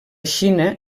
xina